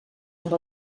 amb